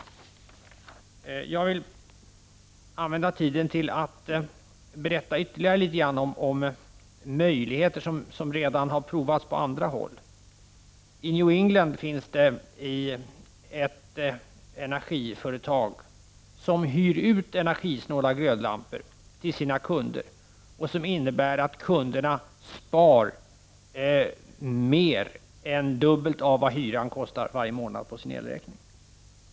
I New England finns ett energiföretag som hyr ut energisnåla glödlampor till sina kunder. Kunderna spar härigenom mer än den dubbla hyran för lamporna på sin elräkningar.